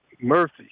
Murphy